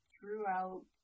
throughout